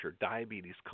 diabetes